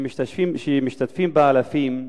שמשתתפים בה אלפים,